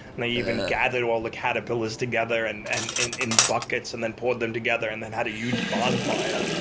and they even gathered all the caterpillars together and and in in buckets and then pulled them together and then had a huge bonfire.